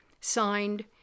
Signed